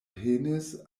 penis